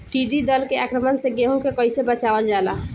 टिडी दल के आक्रमण से गेहूँ के कइसे बचावल जाला?